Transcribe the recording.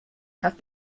have